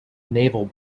naval